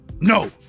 No